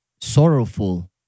sorrowful